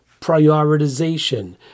prioritization